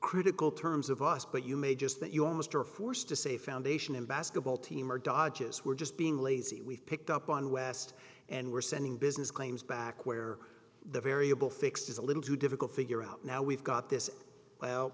critical terms of us but you may just that you almost are forced to say foundation in basketball team or dodges we're just being lazy we picked up on west and we're sending business claims back where the variable fix is a little too difficult figure out now we've got this well